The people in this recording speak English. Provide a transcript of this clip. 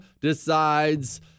decides